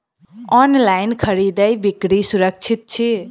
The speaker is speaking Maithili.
ऑनलाइन खरीदै बिक्री सुरक्षित छी